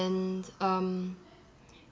and um